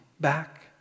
back